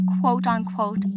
quote-unquote